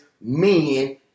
men